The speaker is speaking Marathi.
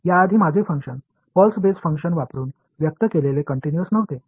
याआधी माझे फंक्शन पल्स बेस फंक्शन वापरुन व्यक्त केलेले कंटिन्यूअस नव्हते